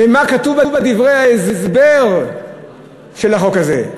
ומה כתוב בדברי ההסבר של החוק הזה?